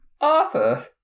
Arthur